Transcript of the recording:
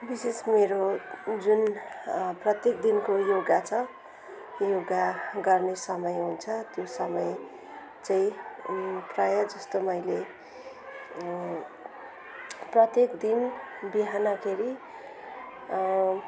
विशेष मेरो जुन प्रत्येक दिनको योगा छ योगा गर्ने समय हुन्छ त्यो समय चाहिँ प्रायः जस्तो मैले प्रत्येक दिन बिहानखेरि